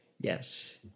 Yes